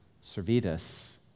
Servetus